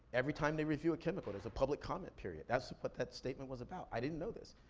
every time they review a chemical, there's a public comment period. that's what that statement was about. i didn't know this.